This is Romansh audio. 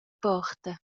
porta